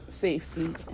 safety